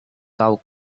kau